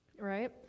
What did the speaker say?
right